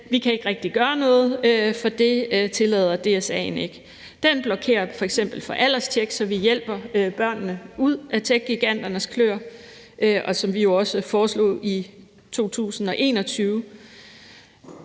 Vi kan ikke rigtig gøre noget, for det tillader DSA'en ikke. Den blokerer f.eks. for alderstjek, så vi hjælper børnene ud af techgiganternes kløer, og som vi også foreslog i 2021.